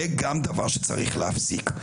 זה גם דבר שצריך להפסיק,